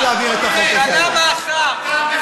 לגבי ההצבעה, יכולתי להעביר את החוק הזה היום.